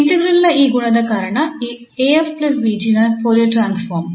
integral ನ ಈ ಗುಣದ ಕಾರಣ ಈ 𝑎𝑓 𝑏𝑔 ನ ಫೋರಿಯರ್ ಟ್ರಾನ್ಸ್ಫಾರ್ಮ್